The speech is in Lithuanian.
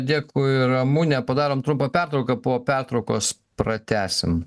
dėkuj ramune padarom trumpą pertrauką po pertraukos pratęsim